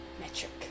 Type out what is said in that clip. Metric